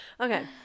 okay